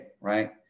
right